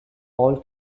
all